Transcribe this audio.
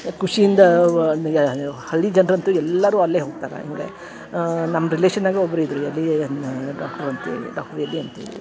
ಖುಷಿಯಿಂದ ಹಳ್ಳಿ ಜನರಂತೂ ಎಲ್ಲಾರು ಅಲ್ಲೆ ಹೋಗ್ತಾರ ಹಾಗೆ ನಮ್ಮ ರಿಲೇಶನಾಗ ಒಬ್ಬರು ಇದ್ದರು ಡಾಕ್ಟ್ರು ವಿದ್ಯಾ ಅಂತೇಳಿ